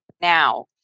now